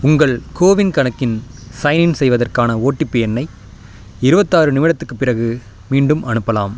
உங்கள் கோவின் கணக்கின் சைனின் செய்வதற்கான ஓடிபி எண்ணை இருபத்தாறு நிமிடத்துக்குப் பிறகு மீண்டும் அனுப்பலாம்